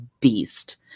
beast